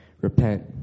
Repent